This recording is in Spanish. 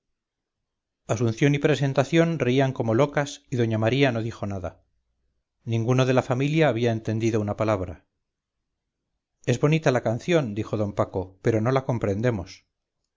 asunción y presentación reían como locas y doña maría no dijo nada ninguno de la familia había entendido una palabra es bonita la canción dijo d paco pero no la comprendemos